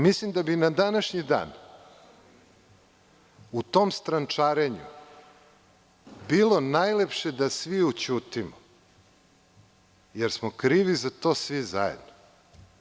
Mislim da bi na današnji dan u tom strančarenju bilo najlepše da svi ućutimo, jer smo krivi za to svi zajedno.